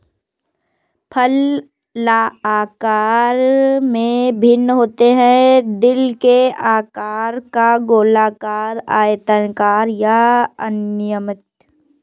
फल आकार में भिन्न होते हैं, दिल के आकार का, गोलाकार, आयताकार या अनियमित